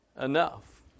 enough